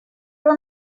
will